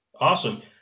awesome